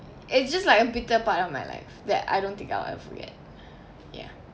it's just like a bitter part of my life that I don't think I'll ever forget ya